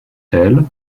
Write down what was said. elles